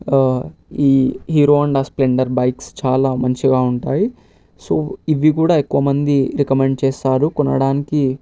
ఈ Hero Honda Splendor bikes చాలా మంచిగా ఉంటాయి సో ఇవి కూడా ఎక్కువమంది రికమెండ్ చేస్తారు కొనడానికి